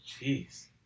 Jeez